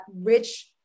rich